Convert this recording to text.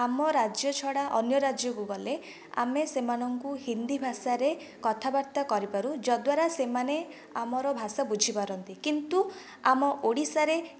ଆମ ରାଜ୍ୟ ଛଡ଼ା ଅନ୍ୟ ରାଜ୍ୟକୁ ଗଲେ ଆମେ ସେମାନଙ୍କୁ ହିନ୍ଦୀ ଭାଷାରେ କଥାବାର୍ତ୍ତା କରିପାରୁ ଯାଦ୍ୱାରା ସେମାନେ ଆମର ଭାଷା ବୁଝି ପାରନ୍ତି କିନ୍ତୁ ଆମ ଓଡ଼ିଶାରେ